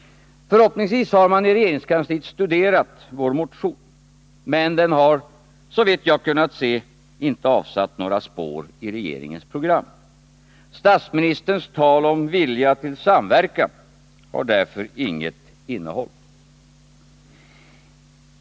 Förhoppningsvis har man i regeringskansliet studerat vår motion. Men den har såvitt jag kunnat se inte avsatt några spår i regeringens program. Statsministerns tal om vilja till samverkan har därför inget innehåll.